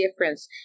difference